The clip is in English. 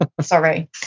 sorry